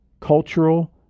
cultural